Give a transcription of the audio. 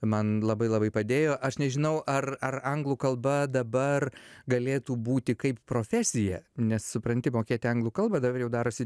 man labai labai padėjo aš nežinau ar ar anglų kalba dabar galėtų būti kaip profesija nes supranti mokėti anglų kalbą dabar jau darosi